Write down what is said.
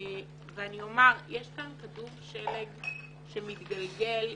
יש כאן כדור שלג שמתגלגל.